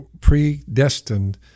predestined